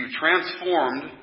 transformed